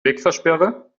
wegfahrsperre